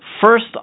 First